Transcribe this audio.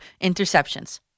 interceptions